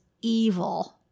evil